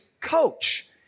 coach